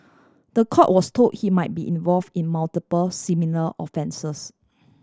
the court was told he might be involve in multiple similar offences